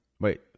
Wait